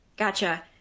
Gotcha